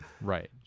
Right